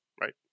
right